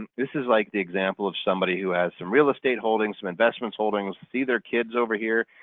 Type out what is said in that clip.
and this is like the example of somebody who has some real estate holding, some investments holdings, see their kids over here.